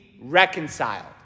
reconciled